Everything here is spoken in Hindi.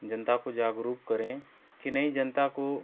जनता को जागरूक करें की नहीं जनता को